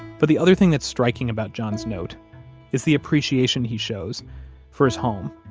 but the other thing that's striking about john's note is the appreciation he shows for his home.